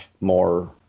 more